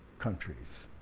countries.